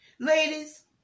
Ladies